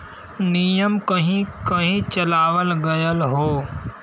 नियम कहीं कही चलावल गएल हौ